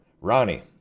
Ronnie